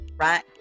right